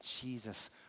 Jesus